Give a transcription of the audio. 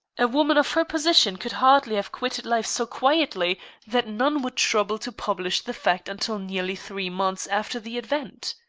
a woman of her position could hardly have quitted life so quietly that no one would trouble to publish the fact until nearly three months after the event.